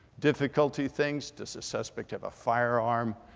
difficulty things does the suspect have a firearm?